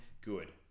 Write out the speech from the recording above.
good